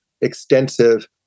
extensive